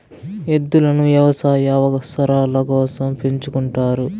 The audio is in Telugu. ఎద్దులను వ్యవసాయ అవసరాల కోసం పెంచుకుంటారు